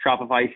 Shopify